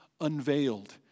unveiled